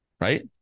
Right